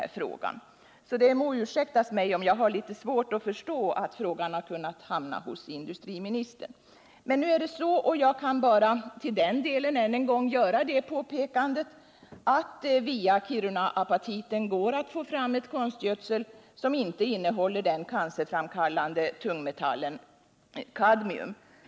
Därför må det ursäktas mig om jag har litet svårt att förstå hur frågan har kunnat hamna hos industriministern. Nu är det så, och jag kan bara till den delen än en gång göra påpekandet att det via Kirunaapatiten går att få fram en konstgödsel som inte innehåller den cancerframkallande tungmetallen kadmium.